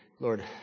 Lord